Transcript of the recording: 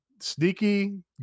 Sneaky